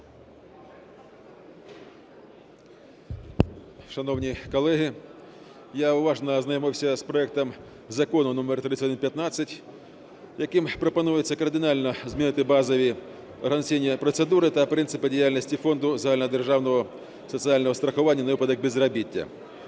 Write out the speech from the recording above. Шановні колеги, я уважно ознайомився з проектом Закону № 3115, яким пропонується кардинально змінити базові організаційні процедури та принципи діяльності Фонду загальнодержавного соціального страхування на випадок безробіття.